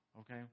Okay